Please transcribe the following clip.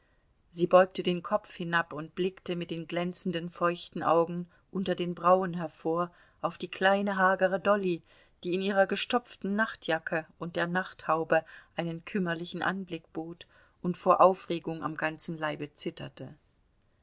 sie beugte den kopf hinab und blickte mit den glänzenden feuchten augen unter den brauen hervor auf die kleine hagere dolly die in ihrer gestopften nachtjacke und der nachthaube einen kümmerlichen anblick bot und vor aufregung am ganzen leibe zitterte